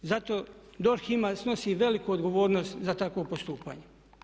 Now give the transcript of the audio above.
Zato DORH snosi veliku odgovornost za takvo postupanje.